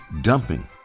dumping